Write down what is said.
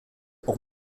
auch